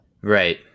right